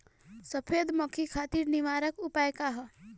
सफेद मक्खी खातिर निवारक उपाय का ह?